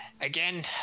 again